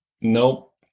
Nope